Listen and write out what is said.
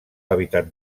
hàbitat